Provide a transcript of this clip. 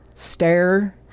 Stare